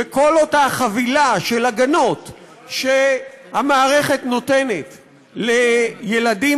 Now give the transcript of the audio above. וכל אותה חבילה של הגנות שהמערכת נותנת לילדים